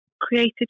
created